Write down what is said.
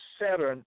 Saturn